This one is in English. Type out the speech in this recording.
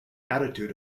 attitude